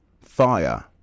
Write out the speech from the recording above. Fire